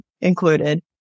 included